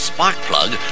Sparkplug